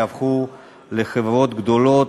יהפכו לחברות גדולות,